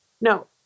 No